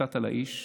וקצת על האיש,